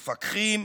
מפקחים,